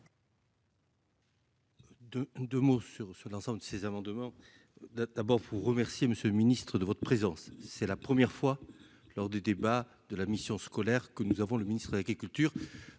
De de mots sur sur l'ensemble de ces amendements, d'abord vous remercier monsieur le Ministre de votre présence, c'est la première fois, lors du débat de la mission scolaire que nous avons le ministre de l'Agriculture,